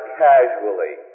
casually